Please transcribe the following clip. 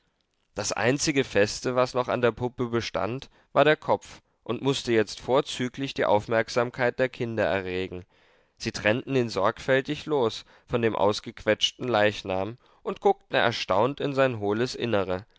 das einzige feste was noch an der puppe bestand war der kopf und mußte jetzt vorzüglich die aufmerksamkeit der kinder erregen sie trennten ihn sorgfältig los von dem ausgequetschten leichnam und guckten erstaunt in sein hohles innere